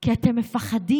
כי אתם מפחדים.